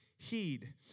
Heed